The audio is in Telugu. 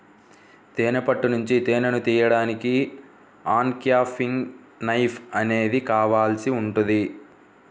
తేనె పట్టు నుంచి తేనెను తీయడానికి అన్క్యాపింగ్ నైఫ్ అనేది కావాల్సి ఉంటుంది